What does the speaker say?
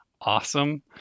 awesome